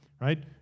Right